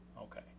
okay